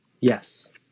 Yes